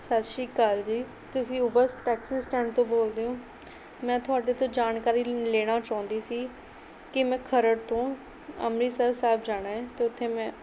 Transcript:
ਸਤਿ ਸ਼੍ਰੀ ਅਕਾਲ ਜੀ ਤੁਸੀਂ ਉਬਰਸ ਟੈਕਸੀ ਸਟੈਂਡ ਤੋਂ ਬੋਲਦੇ ਹੋ ਮੈਂ ਤੁਹਾਡੇ ਤੋਂ ਜਾਣਕਾਰੀ ਲੈਣਾ ਚਾਹੁੰਦੀ ਸੀ ਕਿ ਮੈਂ ਖਰੜ ਤੋਂ ਅੰਮ੍ਰਿਤਸਰ ਸਾਹਿਬ ਜਾਣਾ ਹੈ ਅਤੇ ਉੱਥੇ ਮੈਂ